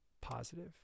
positive